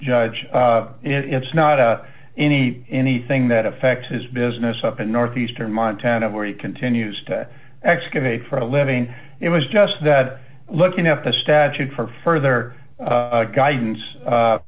judge it's not a any anything that affects his business up in northeastern montana where he continues to excavate for a living it was just that looking at the statute for further guidance